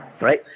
Right